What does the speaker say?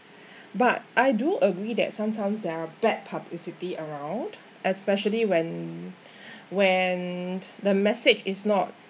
but I do agree that sometimes there are bad publicity around especially when when the message is not